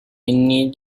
need